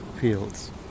fields